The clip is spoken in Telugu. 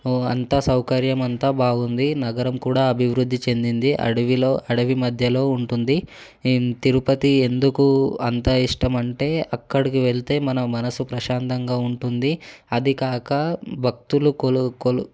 అంతా సౌకర్యం అంతా బాగుంది నగరం కూడా అభివృద్ధి చెందింది అడవిలో అడవి మధ్యలో ఉంటుంది ఇన్ తిరుపతి ఎందుకు అంత ఇష్టం అంటే అక్కడికి వెళితే మన మనసు ప్రశాంతంగా ఉంటుంది అదికాక భక్తులు కొలు కొలు